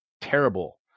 terrible